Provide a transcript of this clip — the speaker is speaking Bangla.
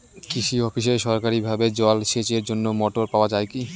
কৃষি অফিসে সরকারিভাবে জল সেচের জন্য মোটর পাওয়া যায় কি?